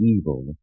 evil